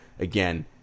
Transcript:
Again